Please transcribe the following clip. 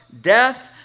death